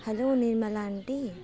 hello Nirmala aunty